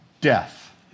death